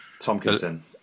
Tomkinson